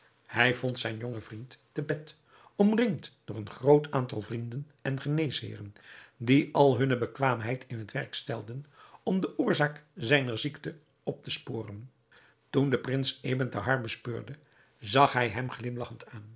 hij vond zijn jongen vriend te bed omringd door een groot aantal vrienden en geneesheeren die al hunne bekwaamheid in het werk stelden om de oorzaak zijner ziekte op te sporen toen de prins ebn thahar bespeurde zag hij hem glimlagchend